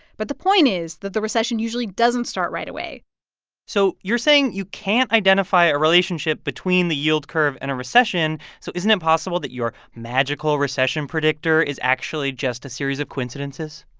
but the point is that the recession usually doesn't start right away so you're saying you can't identify a relationship between the yield curve and a recession. so isn't it possible that your magical recession predictor is actually just a series of coincidences?